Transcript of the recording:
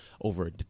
over